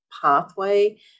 pathway